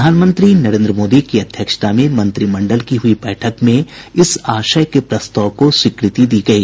प्रधानमंत्री नरेंद्र मोदी की अध्यक्षता में मंत्रिमंडल की हुयी बैठक में इस आशय के प्रस्ताव को स्वीकृति दी गयी